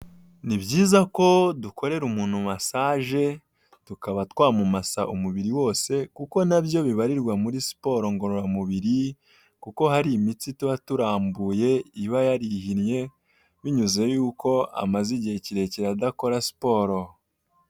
Ni byiza ko dukorera umuntu masaje tukaba twamamasa umubiri wose kuko nabyo bibarirwa muri siporo ngororamubiri, kuko hari imitsi tuba turambuye iba yarihinnye binyuze yuko amaze igihe kirekire adakora siporo.